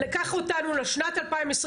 קח אותנו לשנת 2022,